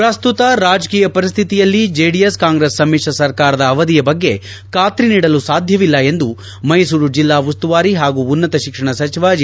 ಪ್ರಸ್ತುತ ರಾಜಕೀಯ ಪರಿಶ್ಧಿಯಲ್ಲಿ ಜೆಡಿಎಸ್ ಕಾಂಗ್ರೆಸ್ ಸಮಿಶ್ರ ಸರ್ಕಾರದ ಅವಧಿ ಬಗ್ಗೆ ಖಾತ್ರಿ ನೀಡಲು ಸಾಧ್ಯವಿಲ್ಲ ಎಂದು ಮೈಸೂರು ಜಿಲ್ಲಾ ಉಸ್ತುವಾರಿ ಹಾಗೂ ಉನ್ನತ ಶಿಕ್ಷಣ ಸಚಿವ ಜಿ